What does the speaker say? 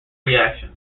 reaction